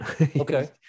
Okay